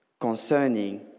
concerning